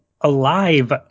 alive